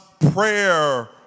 prayer